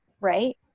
right